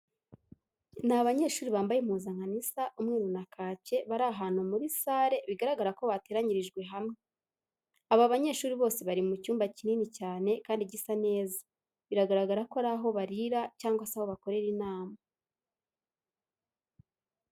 Ni abanyeshuri bambaye impuzankano isa umweru na kake bari ahantumu muri sale bigaragara ko bateranyirijwe hamwe. Aba banyeshuri bose bari mu cyumba kinini cyane kandi gisa neza, biragaragara ko ari aho barira cyangwa se aho bakorera inama.